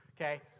okay